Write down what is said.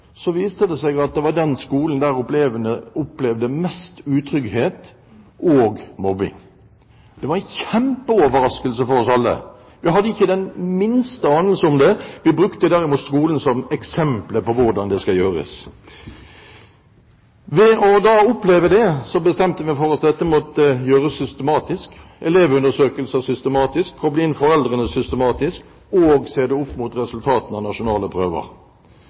viste det seg at det var den skolen der elevene opplevde mest utrygghet og mobbing. Det var en kjempeoverraskelse for oss alle. Vi hadde ikke den minste anelse om det. Vi brukte derimot skolen som eksempel på hvordan det skal gjøres. Etter denne opplevelsen bestemte vi oss for at dette måtte gjøres systematisk – elevundersøkelser systematisk, koble inn foreldrene systematisk, og se det opp mot resultatene av nasjonale prøver.